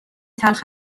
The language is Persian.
تلخ